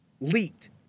leaked